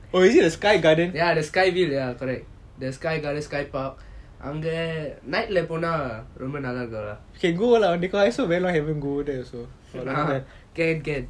oh is it the sky garden can go lah I very long never go there also